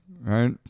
right